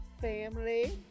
family